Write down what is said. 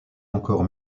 encore